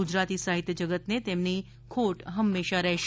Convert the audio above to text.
ગુજરાતી સાહિત્ય જગતને તેમની ખોટ હંમેશા રહેશે